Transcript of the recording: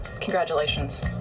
Congratulations